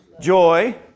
joy